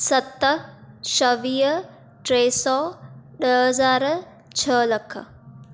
सत छवीह टे सौ ॾह हज़ार छह लखि